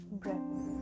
breaths